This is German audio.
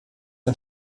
ein